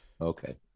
Okay